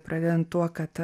pradedant tuo kad